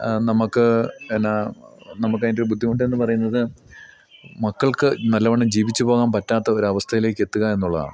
നമുക്ക് എന്താ നമുക്ക് അതിൻ്റെ ഒരു ബുദ്ധിമുട്ടെന്നു പറയുന്നത് മക്കൾക്ക് നല്ലവണം ജീവിച്ചുപോകാൻ പറ്റാത്ത ഒരവസ്ഥയിലേക്ക് എത്തുക എന്നുള്ളതാണ്